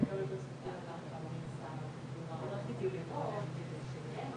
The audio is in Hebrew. הטענה פה כאילו שהסיפה,